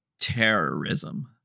Terrorism